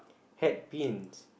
hat pins